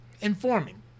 Informing